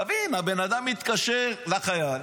תבין, הבן אדם מתקשר לחייל,